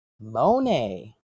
Monet